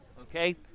Okay